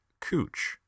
Cooch